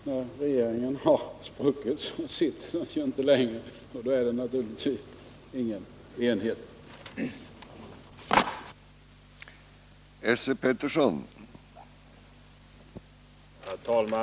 När regeringen har spruckit så sitter den ju inte längre, och då är den naturligtvis ingen enhet.